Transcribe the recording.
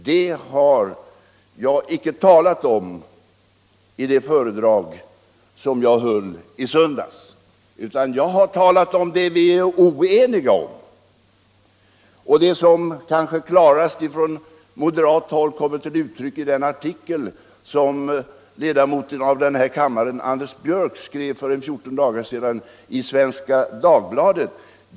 Jag talade icke om detta i det föredrag som jag höll i söndags. utan jag talade om det vi är oeniga om. Och det kommer kanske klarast till uttryck från moderat håll i den artikel som ledamoten av denna kammare Anders Björck i Nässjö skrev för omkring 14 dagar sedan i Svenska Dagbladet.